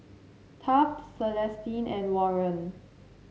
Taft Celestine and Warren